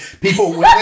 People